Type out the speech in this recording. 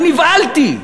אני נבהלתי.